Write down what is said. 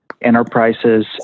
enterprises